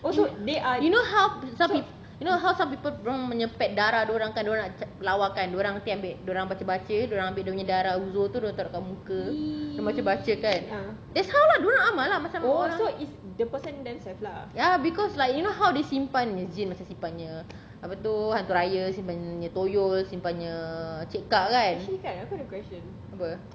you you know how some you know how some people buang dia orang punya pad darah dia orang kan dia orang nak lawa kan dia orang nanti ambil dia orang baca-baca dia orang ambil dia orang punya darah uzur tu dia orang taruk kat muka dia orang baca-baca that's how lah dia orang amal lah macam orang ya because like you know how they simpan jin simpannya hantu raya simpannya simpannya cik kak kan apa